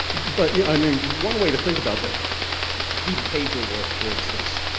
but yeah i mean one way to think about, the deep pager work, for instance,